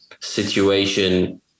situation